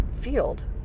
field